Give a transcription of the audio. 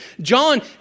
John